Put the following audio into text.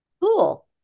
Cool